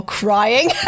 crying